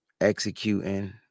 executing